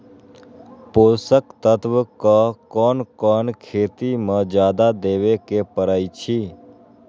पोषक तत्व क कौन कौन खेती म जादा देवे क परईछी?